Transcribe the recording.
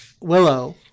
Willow